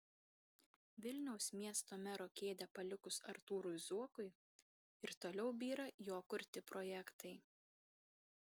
vilniaus miesto mero kėdę palikus artūrui zuokui ir toliau byra jo kurti projektai